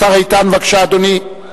השר איתן, בבקשה, אדוני.